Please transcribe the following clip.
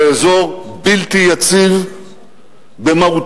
זה אזור בלתי יציב במהותו.